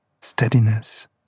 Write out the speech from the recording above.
steadiness